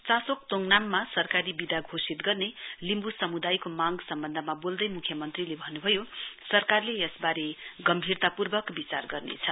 चासोक तोडनाममा सरकारी बिदा घोषित गर्ने लिम्बू समदायको मांग सम्बन्धमा बोल्दै म्ख्यमन्त्रीले भन्नुभयो सरकारले यसवारे गम्भीरता पूर्वक विचार गर्नेछ